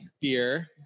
beer